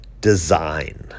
design